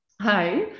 Hi